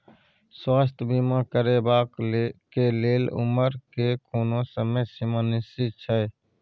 स्वास्थ्य बीमा करेवाक के लेल उमर के कोनो समय सीमा निश्चित छै?